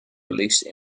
release